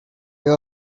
you